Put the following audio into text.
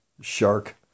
shark